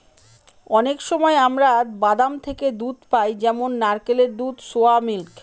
অনেক সময় আমরা বাদাম থেকে দুধ পাই যেমন নারকেলের দুধ, সোয়া মিল্ক